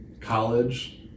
college